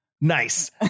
Nice